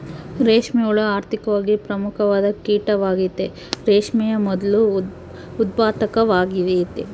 ರೇಷ್ಮೆ ಹುಳ ಆರ್ಥಿಕವಾಗಿ ಪ್ರಮುಖವಾದ ಕೀಟವಾಗೆತೆ, ರೇಷ್ಮೆಯ ಮೊದ್ಲು ಉತ್ಪಾದಕವಾಗೆತೆ